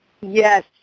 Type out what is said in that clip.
yes